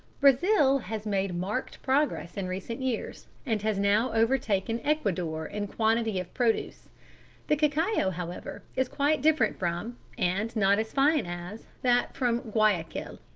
brazil has made marked progress in recent years, and has now overtaken ecuador in quantity of produce the cacao, however, is quite different from, and not as fine as, that from guayaquil.